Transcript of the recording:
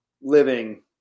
living